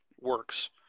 works